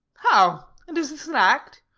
how? and is this in act?